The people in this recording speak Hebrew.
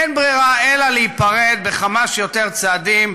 אין ברירה אלא להיפרד בכמה שיותר צעדים,